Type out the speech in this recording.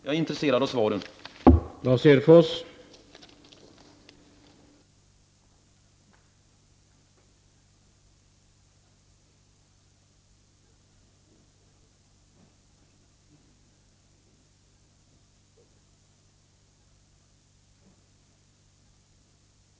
Jag är intresserad av att få svar på mina frågor.